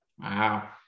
Wow